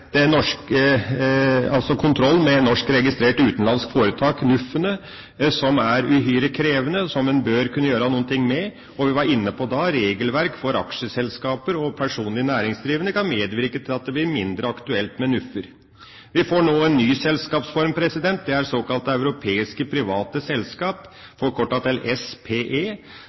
med norskregistrerte utenlandske foretak, NUF-ene, som er uhyre krevende, og som man bør kunne gjøre noe med. Vi var da inne på at regelverk for aksjeselskaper og personlig næringsdrivende kan medvirke at det blir mindre aktuelt med NUF-er. Vi får nå en ny selskapsform. Det er såkalt Europeiske Private Selskap, forkortet til SPE,